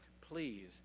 Please